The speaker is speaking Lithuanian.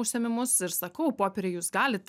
užsiėmimus ir sakau popieriuj jūs galit